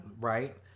Right